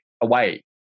away